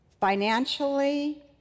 financially